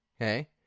okay